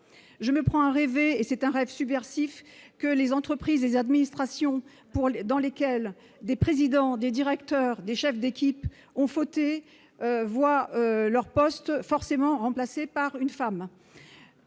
je me prends à rêver, c'est un rêve subversif que les entreprises, les administrations pour les dans lesquelles des présidents des directeurs des chefs d'équipe ont fauté, voient leur poste forcément remplacés par une femme